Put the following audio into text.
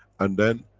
and then,